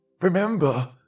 Remember